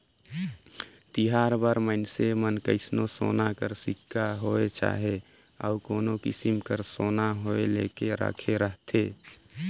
तिहार बार मइनसे मन कइसनो सोना कर सिक्का होए चहे अउ कोनो किसिम कर सोना होए लेके राखे रहथें